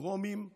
פוגרומים ושואה,